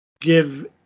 give